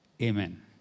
Amen